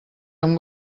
amb